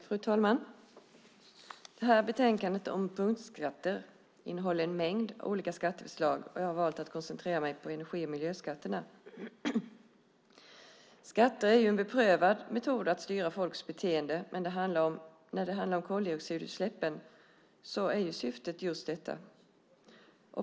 Fru talman! Betänkandet om punktskatter innehåller en mängd olika skatteförslag. Jag har valt att koncentrera mig på energi och miljöskatterna. Skatter är en beprövad metod att styra folks beteende. När det handlar om koldioxidutsläppen är syftet just detta.